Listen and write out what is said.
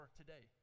today